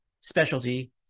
specialty